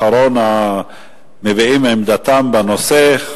אחרון המביעים עמדתם בנושא,